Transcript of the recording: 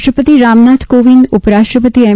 રાષ્ટ્રપતિ રામનાથ કોવિંદ ઉપરાષ્ટ્રપતિ એમ